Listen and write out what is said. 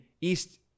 East